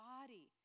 body